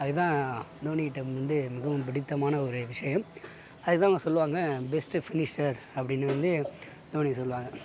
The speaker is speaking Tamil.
அதுதான் தோனிகிட்டே முன் வந்து மிகவும் பிடித்தமான ஒரே விஷயம் அது என்னாம சொல்லுவாங்க பெஸ்ட்டு ஃபினிஷர் அப்படின்னு வந்து தோனியை சொல்லுவாங்க